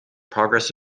progress